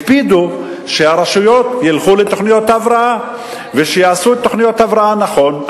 הקפידו שהרשויות ילכו לתוכניות הבראה ושיעשו את תוכניות ההבראה נכון,